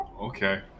Okay